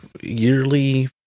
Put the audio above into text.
yearly